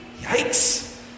Yikes